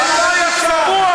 אין לכם בושה.